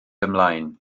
ymlaen